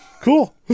Cool